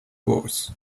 was